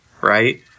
right